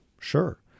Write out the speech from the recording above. sure